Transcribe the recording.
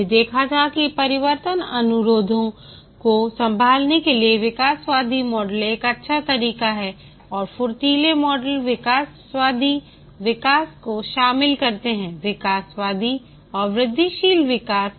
हमने देखा था कि परिवर्तन अनुरोधों को संभालने के लिए विकासवादी मॉडल एक अच्छा तरीका है और फुर्तीले मॉडल विकासवादी विकास को शामिल करते हैं विकासवादी और वृद्धिशील विकास